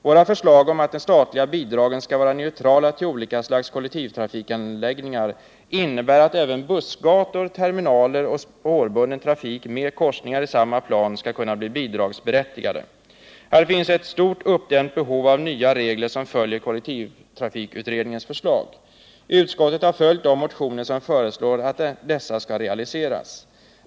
Våra förslag om att de statliga bidragen skall vara neutrala till olika slags kollektivtrafikanläggningar innebär att även bussgator, terminaler och spårbunden trafik med korsningar i samma plan skall kunna bli bidragsberättigade. Här finns ett stort uppdämt behov av nya regler som följer kollektivtrafikutredningens förslag. Utskottet har följt de motioner som föreslår att dessa skall realiseras.